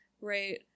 right